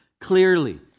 clearly